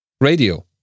Radio